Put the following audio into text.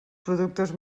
productes